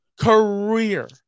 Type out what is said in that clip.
Career